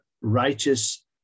righteous